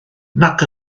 nac